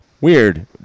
Weird